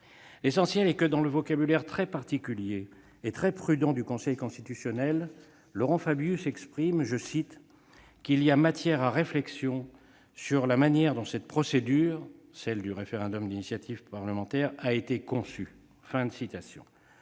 L'essentiel est que, dans le vocabulaire très particulier et très prudent du Conseil constitutionnel, Laurent Fabius indique qu'il y a « matière à réflexion sur la manière dont cette procédure »- celle du référendum d'initiative partagée -« a été conçue ».